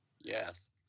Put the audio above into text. Yes